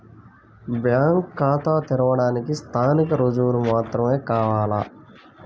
Bank ఖాతా తెరవడానికి స్థానిక రుజువులు మాత్రమే కావాలా?